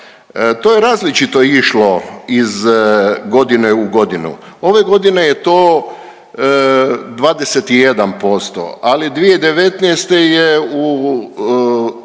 to je različito išlo iz godine u godinu. Ove godine je to 21%, ali 2019. je u